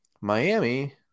Miami